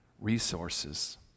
resources